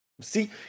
See